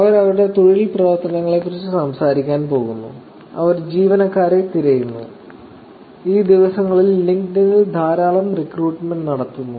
അവർ അവരുടെ തൊഴിൽ പ്രവർത്തനങ്ങളെക്കുറിച്ച് സംസാരിക്കാൻ പോകുന്നു അവർ ജീവനക്കാരെ തിരയുന്നു ഈ ദിവസങ്ങളിൽ ലിങ്ക്ഡ്ഇനിൽ ധാരാളം റിക്രൂട്ട്മെന്റുകൾ നടക്കുന്നു